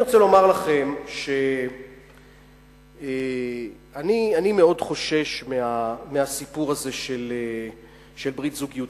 אני רוצה לומר לכם שאני מאוד חושש מהסיפור הזה של ברית זוגיות.